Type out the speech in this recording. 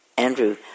Andrew